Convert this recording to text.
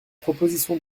proposition